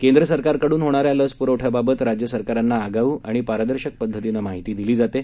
केंद्र सरकारकडून होणाऱ्या लस पुरवठ्याबाबत राज्य सरकारांना आगाऊ आणि पारदर्शक पद्धतीनं माहिती दिली जाते